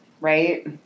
right